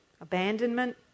abandonment